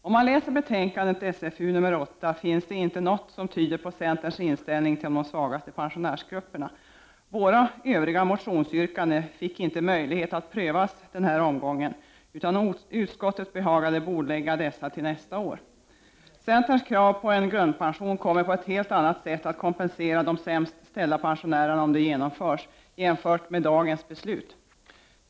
Om man läser betänkandet SfU8, ser man att det inte finns något som tyder på centerns inställning till de svagaste pensionärsgrupperna. Centerns övriga motionsyrkanden fick inte möjlighet att prövas denna omgång, utan utskottet behagade bordlägga dessa till nästa år. Centerns förslag med krav på en grundpension kommer jämfört med dagens beslut på ett helt annat sätt att kompensera de sämst ställda pensionärerna om det genomförs.